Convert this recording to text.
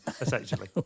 essentially